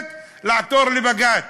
הכנסת לעתור לבג"ץ.